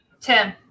Tim